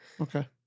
okay